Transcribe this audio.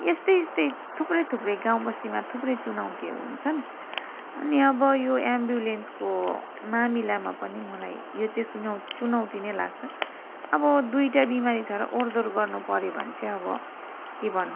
यस्तै यस्तै थुप्रै थुप्रै गाउँ बस्तीमा थुप्रै चुनौतीहरू हुन्छन् अनि अब यो एम्ब्युलेन्सको मामिलामा पनि मलाई यो चाहिँ चुनौती नै लाग्छ अब दुइटा बिमारी छ र ओहोरदोहोर गर्नु पऱ्यो भने चाहिँ अब के भन्नु